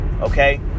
Okay